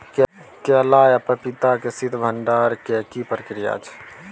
केला आ पपीता के शीत भंडारण के की प्रक्रिया छै?